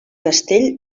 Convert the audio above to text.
castell